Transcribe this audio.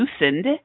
loosened